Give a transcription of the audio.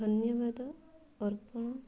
ଧନ୍ୟବାଦ ଅର୍ପଣ